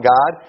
God